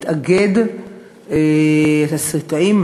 התסריטאים,